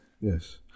yes